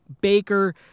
Baker